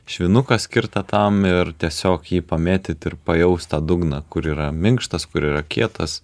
švinuką skirtą tam ir tiesiog jį pamėtyt ir pajaust tą dugną kur yra minkštas kur yra kietas